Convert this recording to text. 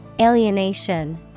Alienation